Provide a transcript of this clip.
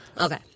Okay